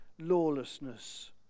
lawlessness